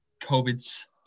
COVID's